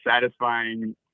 satisfying